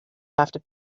after